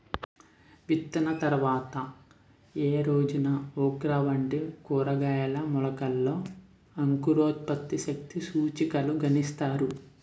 విత్తిన తర్వాత ఏ రోజున ఓక్రా వంటి కూరగాయల మొలకలలో అంకురోత్పత్తి శక్తి సూచికను గణిస్తారు?